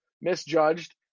misjudged